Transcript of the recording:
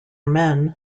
men